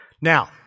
Now